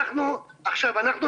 האוצר,